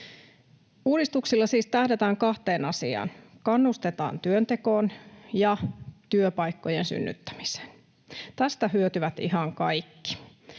Uudistuksilla siis tähdätään kahteen asiaan: kannustetaan työntekoon ja työpaikkojen synnyttämiseen. Tästä hyötyvät ihan kaikki.